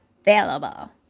available